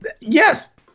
Yes